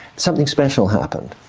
something special happened.